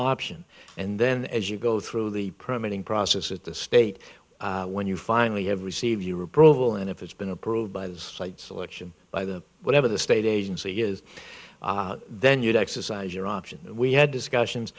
option and then as you go through the printing process at the state when you finally have receive you were brutal and if it's been approved by the selection by the whatever the state agency is then you'd exercise your option we had discussions